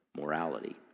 morality